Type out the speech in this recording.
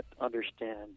understand